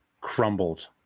crumbled